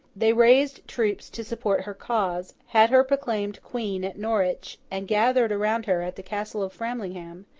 they raised troops to support her cause, had her proclaimed queen at norwich, and gathered around her at the castle of framlingham,